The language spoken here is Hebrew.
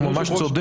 הוא ממש צודק.